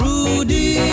Rudy